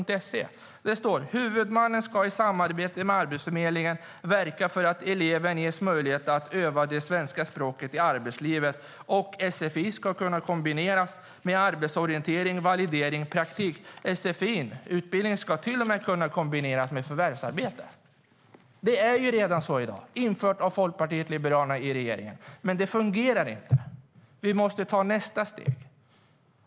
Där står det: Huvudmannen ska i samarbete med Arbetsförmedlingen verka för att eleven ges möjlighet att öva det svenska språket i arbetslivet, och sfi ska kunna kombineras med arbetsorientering, validering och praktik. Sfi-utbildningen ska till och med kunna kombineras med förvärvsarbete. Det är på det sättet redan i dag. Det infördes av Folkpartiet liberalerna när vi satt i regeringen. Men det fungerar inte. Vi måste ta nästa steg.